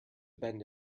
bend